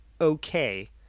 okay